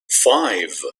five